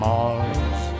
Mars